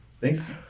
Thanks